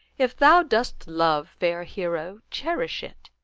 if thou dost love fair hero, cherish it,